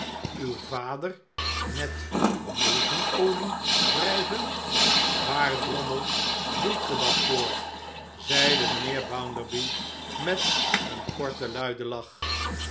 uw vader met negen olie wrijven waar drommel doet ge dat voor zeide mijnheer bounderby met een korten luiden lach